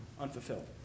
unfulfilled